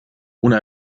una